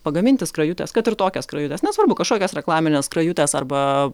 pagaminti skrajutes kad ir tokias skrajutes nesvarbu kažkokias reklamines skrajutes arba